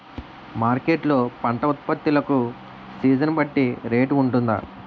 Market లొ పంట ఉత్పత్తి లకు సీజన్ బట్టి రేట్ వుంటుందా?